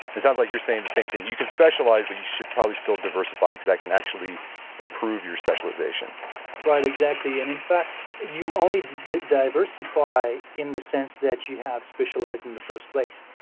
it sounds like you're saying the same thing. you can specialize but you should probably still diversify because that can actually improve your specialization right. exactly. and in fact, you only diversify in the sense that you have specialized in the first place.